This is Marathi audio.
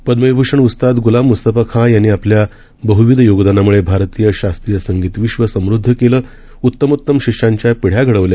पद्मविभूषणउस्तादगुलाममुस्तफाखानयांनीआपल्याबहविधयोगदानामुळेभारतीयशास्त्रीयसंगीतविश्वसमु दधकेलं उत्तमोत्तमशिष्यांच्यापिढ़्याघडवल्या